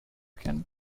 can